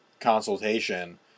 consultation